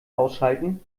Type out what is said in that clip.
ausschalten